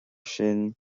sin